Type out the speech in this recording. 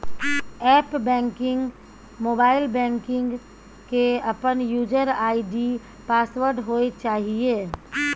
app banking, mobile banking के अपन user ID password होय चाहिए